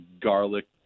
garlic